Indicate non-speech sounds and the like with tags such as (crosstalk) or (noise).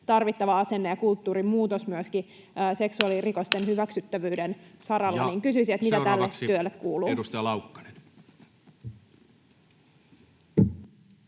tarvittava asenne- ja kulttuurinmuutos myöskin (noise) seksuaalirikosten hyväksyttävyyden saralla. Kysyisin: mitä tälle työlle kuuluu? Ja seuraavaksi edustaja Laukkanen.